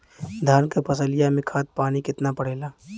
धान क फसलिया मे खाद पानी कितना पड़े ला?